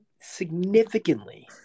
significantly